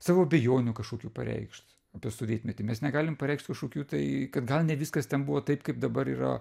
savo abejonių kažkokių pareikšt apie sovietmetį mes negalim pareikšt kažkokių tai kad gal ne viskas ten buvo taip kaip dabar yra